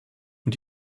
und